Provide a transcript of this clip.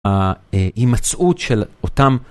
‫ה.. אה.. המצאות של אותם...